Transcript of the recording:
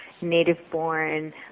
native-born